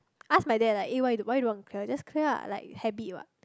ask my dad like eh why you don't want to clear just clear lah like habit what